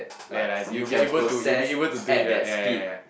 ya lah as in you will be able to you will be able to do it right ya ya ya